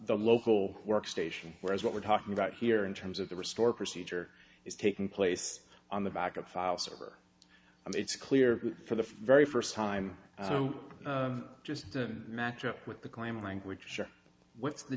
the local workstation whereas what we're talking about here in terms of the restore procedure is taking place on the backup file server it's clear for the very first time just doesn't match up with the claim language sure what the